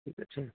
ঠিক আছে